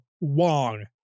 Wong